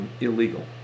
Illegal